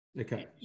Okay